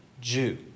Jew